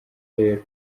rero